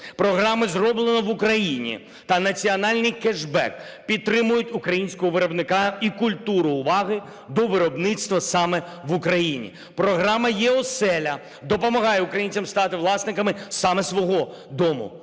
Програми "Зроблено в Україні" та "Національний кешбек" підтримують українського виробника і культуру уваги до виробництва саме в Україні. Програма "єОселя" допомагає українцям стати власниками саме свого дому,